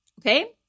Okay